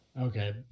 Okay